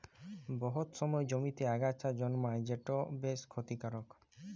বহুত সময় জমিতে আগাছা জল্মায় যেট বেশ খ্যতিকারক